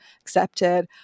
accepted